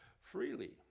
freely